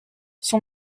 son